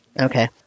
Okay